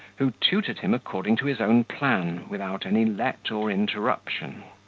who tutored him according to his own plan, without any let or interruption.